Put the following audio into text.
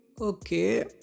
okay